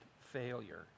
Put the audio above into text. failure